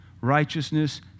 Righteousness